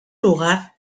lugar